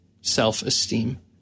self-esteem